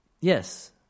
Yes